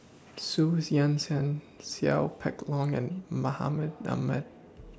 Xu Zhen Seow Peck Long and Mahmud Ahmad